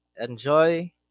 enjoy